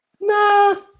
nah